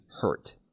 hurt